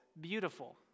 beautiful